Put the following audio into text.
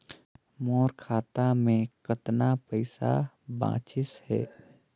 मोर खाता मे कतना पइसा बाचिस हे?